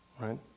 right